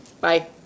Bye